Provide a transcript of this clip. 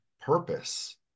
purpose